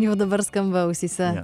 jau dabar skamba ausyse